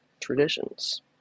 traditions